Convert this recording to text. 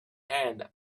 hand